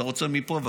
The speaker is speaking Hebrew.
אתה רוצה מפה?